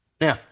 Now